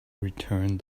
returned